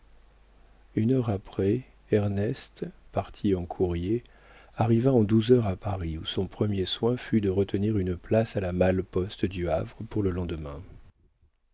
une heure après ernest parti en courrier arriva en douze heures à paris où son premier soin fut de retenir une place à la malle-poste du havre pour le lendemain